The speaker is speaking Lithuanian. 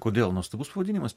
kodėl nuostabus pavadinimas